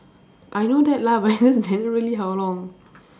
I know that lah but then generally how long